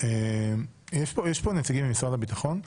יש פה נציגים ממשרד הביטחון?